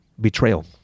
Betrayal